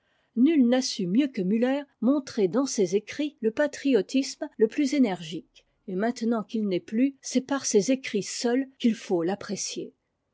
nul n'a su mieux que müller montrer dans ses écrits le patriotisme le plus énergique et maintenant qu'il n'est ptus c'est par ses écrits seuls qu'il faut t'apprécier